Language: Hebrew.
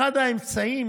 אחד האמצעים,